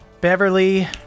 Beverly